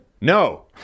No